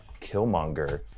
Killmonger